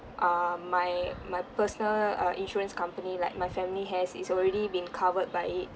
err my my personal uh insurance company like my family has is already been covered by it